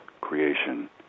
creation